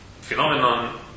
phenomenon